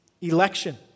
election